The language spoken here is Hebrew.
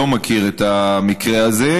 לא מכיר את המקרה הזה,